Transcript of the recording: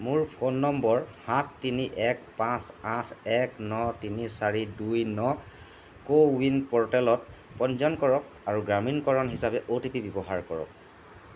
মোৰ ফোন নম্বৰ সাত তিনি এক পাঁচ আঠ এক ন তিনি চাৰি দুই ন কো ৱিন প'ৰ্টেলত পঞ্জীয়ন কৰক আৰু প্ৰমাণীকৰণ হিচাপে অ' টি পি ব্যৱহাৰ কৰক